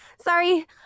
sorry